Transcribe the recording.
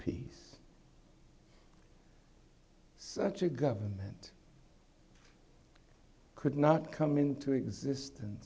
peace such a government could not come into existence